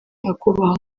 akubaha